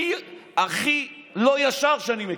הכי הכי לא ישר שאני מכיר,